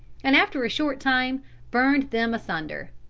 and after a short time burned them asunder.